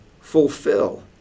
fulfill